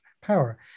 power